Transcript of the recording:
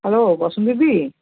hello Basanti the